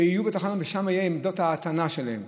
שיהיו בתחנה ושם יהיו עמדות ההטענה שלהם.